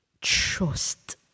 trust